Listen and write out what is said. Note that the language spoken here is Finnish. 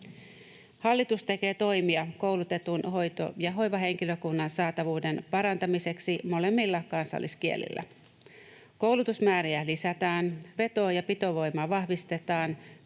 Hallitus tekee toimia koulutetun hoito- ja hoivahenkilökunnan saatavuuden parantamiseksi molemmilla kansalliskielillä. Koulutusmääriä lisätään, veto- ja pitovoimaa vahvistetaan,